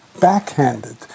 backhanded